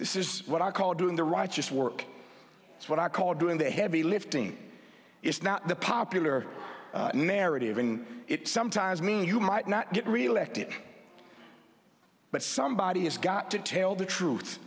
this is what i call doing the righteous work is what i call doing the heavy lifting is not the popular narrative in it sometimes mean you might not get reelected but somebody has got to tell the truth